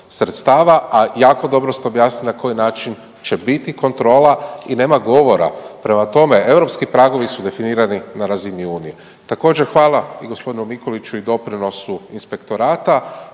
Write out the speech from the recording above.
sredstava, a jako dobro ste objasnili na koji način će biti kontrola i nema govora, prema tome europski pragovi su definirani na razini unije. Također hvala i g. Mikuliću i doprinosu inspektorata